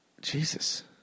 Jesus